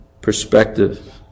perspective